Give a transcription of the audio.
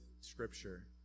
Scripture